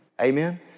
Amen